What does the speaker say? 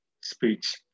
speech